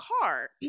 car